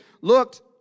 looked